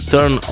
Turn